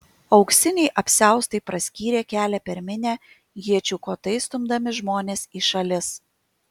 auksiniai apsiaustai praskyrė kelią per minią iečių kotais stumdami žmones į šalis